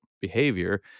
behavior